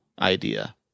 idea